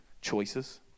choices